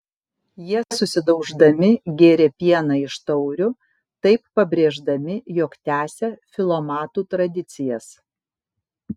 jie susidauždami gėrė pieną iš taurių taip pabrėždami jog tęsia filomatų tradicijas